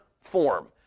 form